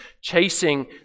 chasing